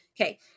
okay